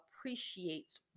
appreciates